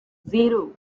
zero